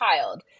child